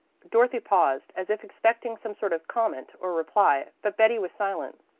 dorothy paused as if expecting some sort of comment or reply, but betty was silent.